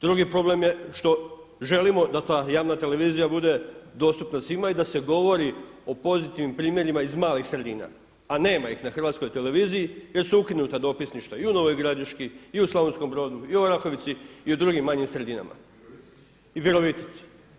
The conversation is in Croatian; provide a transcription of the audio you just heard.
Drugi problem je što želimo da ta javna televizija bude dostupna svima i da se govori o pozitivnim primjerima iz malih sredina a nema ih na HRT-u jer su ukinuta dopisništva i u Novoj Gradišci i u Slavonskom Brodu i u Orahovici i u drugim manjim sredinama i Virovitici.